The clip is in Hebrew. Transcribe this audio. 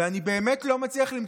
או שאתה מכבד